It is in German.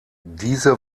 diese